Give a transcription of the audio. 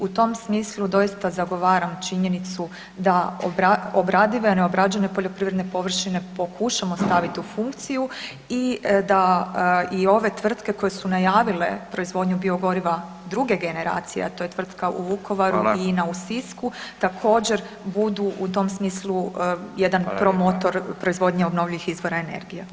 U tom smislu doista zagovaram činjenicu da obradive, neobrađene poljoprivredne površine pokušamo staviti u funkciju i da i ove tvrtke koje su najavile proizvodnju biogoriva druge generacije, a to je tvrtka u Vukovaru i INA u Sisku također budu u tom smislu jedan promotor obnovljivih izvora energije.